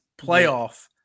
playoff